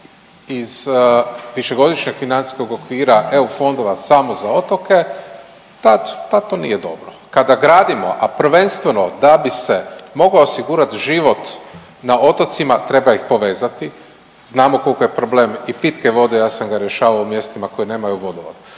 iz višegodišnjeg financijskog okvira EU fondova samo za otoke tad pa to nije dobro. Kada gradimo, a prvenstveno da bi se mogao osigurati život na otocima treba ih povezati, znamo koliko je problem i pitke vode, ja sam ga rješavao u mjestima koji nemaju vodovod,